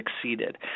succeeded